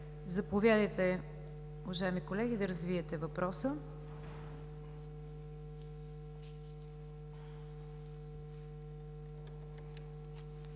Заповядайте, уважаеми колеги, да развиете въпроса.